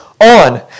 on